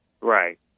Right